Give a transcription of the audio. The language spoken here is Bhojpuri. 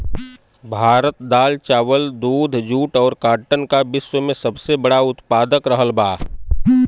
भारत दाल चावल दूध जूट और काटन का विश्व में सबसे बड़ा उतपादक रहल बा